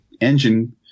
engine